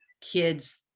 kids